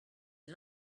est